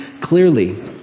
clearly